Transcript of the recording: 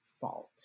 fault